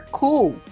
cool